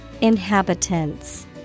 Inhabitants